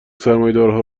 سرمایهدارها